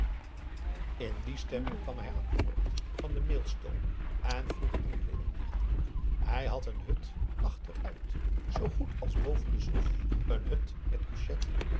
in die stemming kwam hij aan boord van den mailstoomer en vroeg enkele inlichtingen hij had een hut achteruit zoo goed als boven de schroef een hut met couchetten